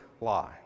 lie